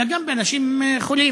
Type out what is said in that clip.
אלא גם באנשים חולים,